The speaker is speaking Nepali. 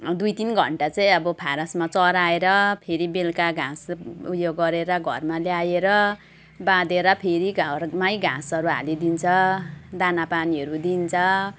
दुई तिन घन्टा चाहिँ अब फरेस्टमा चराएर फेरि बेलुका घाँस उयो गरेर घरमा ल्याएर बाँधेर फेरि घरमै घाँसहरू हालिदिन्छ दानापानीहरू दिन्छ